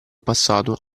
passato